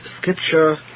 scripture